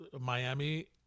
Miami